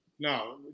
No